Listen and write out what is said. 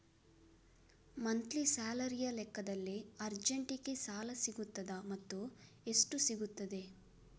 Monthly ಸ್ಯಾಲರಿಯ ಲೆಕ್ಕದಲ್ಲಿ ಅರ್ಜೆಂಟಿಗೆ ಸಾಲ ಸಿಗುತ್ತದಾ ಮತ್ತುಎಷ್ಟು ಸಿಗುತ್ತದೆ?